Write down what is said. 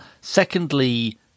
secondly